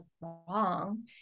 wrong